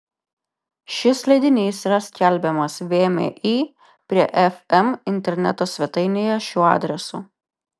šis leidinys yra skelbiamas vmi prie fm interneto svetainėje šiuo adresu